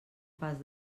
pas